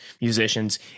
musicians